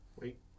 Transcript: Wait